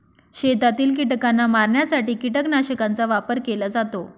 शेतातील कीटकांना मारण्यासाठी कीटकनाशकांचा वापर केला जातो